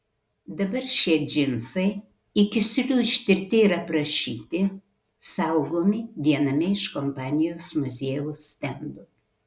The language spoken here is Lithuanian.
dabar šie džinsai iki siūlių ištirti ir aprašyti saugomi viename iš kompanijos muziejaus stendų